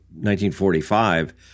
1945